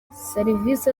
serivisi